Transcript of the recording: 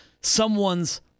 someone's